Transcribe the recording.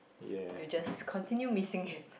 you just continue missing it